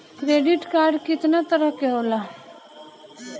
Credit card कितना तरह के होला?